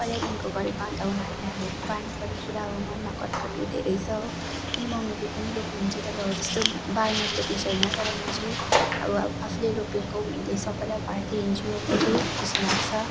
पहिल्यैदेखिको गरेको अन्त उनीहरूलाई अब बाँड्नु पनि पुरा मनमा कटकट हुँदोरहेछ हो मेरो मम्मीले पनि रोप्नुहुन्छ तर हो त्यस्तो बाँड्नुपट्टि चाहिँ होइन तर म चाहिँ अब आफूले रोपेको भन्दै सबैलाई बाँड्दै हिँड्छु अन्त त्यही खुसी लाग्छ